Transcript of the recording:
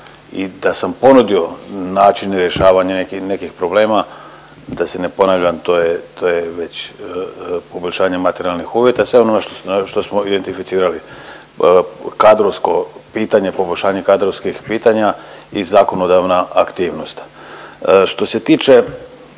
i da sam ponudio način rješavanja nekih, nekih problema i da se ne ponavljam to je već poboljšanje materijalnih uvjeta samo ono što identificirali kadrovsko pitanje, poboljšanje kadrovskih pitanja i zakonodavna aktivnost. Što se tiče